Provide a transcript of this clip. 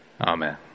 amen